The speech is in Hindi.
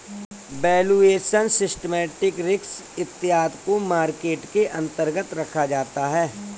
वैल्यूएशन, सिस्टमैटिक रिस्क इत्यादि को मार्केट के अंतर्गत रखा जाता है